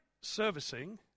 servicing